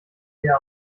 leer